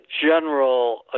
general